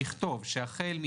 אני רוצה להבין